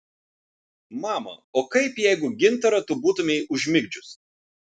mama o kaip jeigu gintarą tu būtumei užmigdžius